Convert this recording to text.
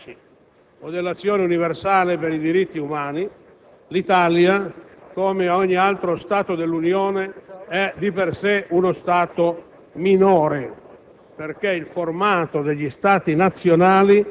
della competizione con i capitalismi asiatici o dell'azione universale per i diritti umani, l'Italia - come ogni altro Stato dell'Unione - è di per sé uno Stato minore